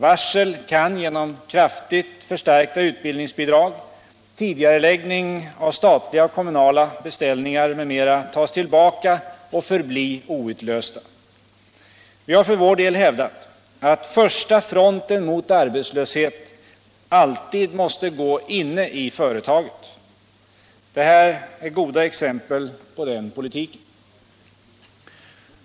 Varsel kan genom kraftigt förstärkta utbildningsbidrag, tidigareläggning av statliga och kommunala beställningar m.m. tas tillbaka och förbli outlösta. Vi har för vår del hävdat att första fronten mot arbetslöshet alltid måste gå inne i företagen. Det här är goda exempel på den politiken.